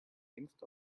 längst